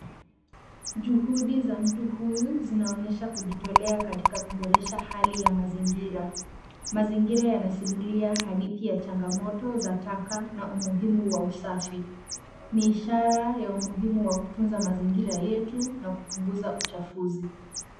Juhudi za mtu huyu zinaonyesha kujitolea katika kuboresha hali ya mazingira. Mazingira yanasimulia hadithi ya changamoto za taka na umuhimu wa usafi. Ni ishara ya umuhimu wa kutunza mazingira yetu na kupunguza uchafuzi.